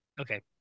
Okay